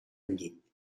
llit